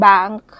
Bank